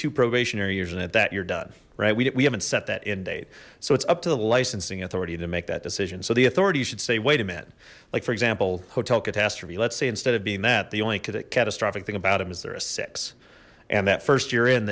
to probationary years and at that you're done right we haven't set that in date so it's up to the licensing authority to make that decision so the authority should say wait a minute like for example hotel catastrophe let's say instead of being that the only could a catastrophic thing about him is there a six and that first year